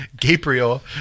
Gabriel